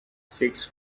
six